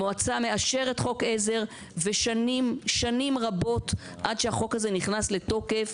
המועצה מאשרת חוק עזר ושנים רבות עד שהחוק הזה נכנס לתוקף.